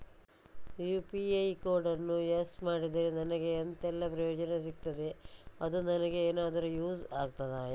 UPI ಕೋಡನ್ನು use ಮಾಡಿದ್ರೆ ನನಗೆ ಎಂಥೆಲ್ಲಾ ಪ್ರಯೋಜನ ಸಿಗ್ತದೆ, ಅದು ನನಗೆ ಎನಾದರೂ ಯೂಸ್ ಆಗ್ತದಾ?